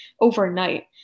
overnight